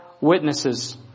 witnesses